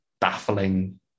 baffling